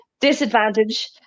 disadvantage